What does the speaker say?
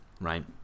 right